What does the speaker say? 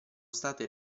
state